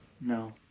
no